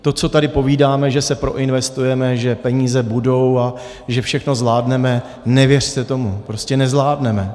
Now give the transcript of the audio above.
To, co tady povídáme, že se proinvestujeme, že peníze budou a že všechno zvládneme, nevěřte tomu, prostě nezvládneme.